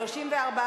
איזו בושה.